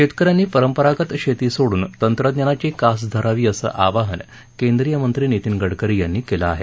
शेतक यांनी परंपरागत शेती सोडून तंत्रज्ञानाची कास धरावी असं अवाहन केंद्रीय मंत्री नितीन गडकरी यांनी केलं आहे